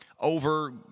Over